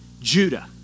Judah